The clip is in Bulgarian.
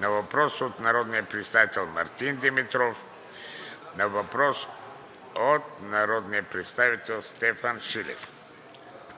на въпрос от народния представител Мартин Димитров; на въпрос от народния представител Стефан Шилев.